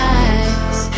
eyes